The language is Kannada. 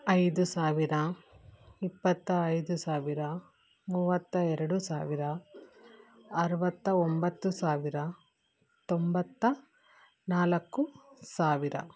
ಐದು ಸಾವಿರ ಇಪ್ಪತ್ತ ಐದು ಸಾವಿರ ಮೂವತ್ತ ಎರಡು ಸಾವಿರ ಅರುವತ್ತ ಒಂಬತ್ತು ಸಾವಿರ ತೊಂಬತ್ತ ನಾಲ್ಕು ಸಾವಿರ